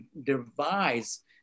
devise